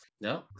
No